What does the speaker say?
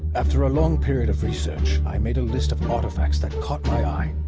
after a long period of research, i made a list of artifacts that caught my eye.